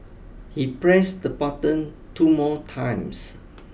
he pressed the button two more times